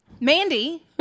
Mandy